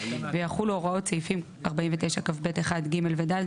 ויחולו הוראות סעיפים 49כב1(ג) ו־(ד),